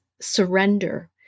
surrender